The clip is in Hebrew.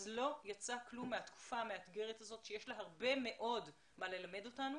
אז לא יצא כלום מהתקופה המאתגרת הזאת שיש לה הרבה מאוד מה ללמד אותנו.